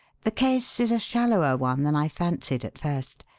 the case is a shallower one than i fancied at first.